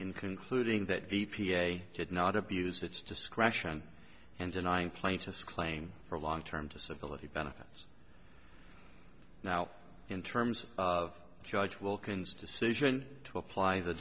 concluding that d p a should not abused its discretion and denying plaintiff's claim for long term disability benefits now in terms of judge wilkens decision to apply the